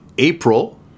April